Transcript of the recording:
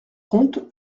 compte